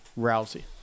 Rousey